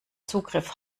zugriff